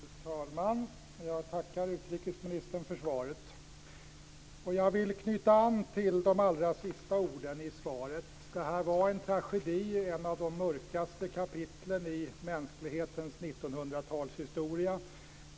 Fru talman! Jag tackar utrikesministern för svaret. Jag vill knyta an till de allra sista orden i svaret. Det här var en tragedi, ett av de mörkaste kapitlen i mänsklighetens 1900-talshistoria.